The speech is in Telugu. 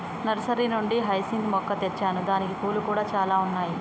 నర్సరీ నుండి హైసింత్ మొక్క తెచ్చాను దానికి పూలు కూడా చాల ఉన్నాయి